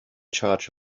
charge